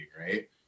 right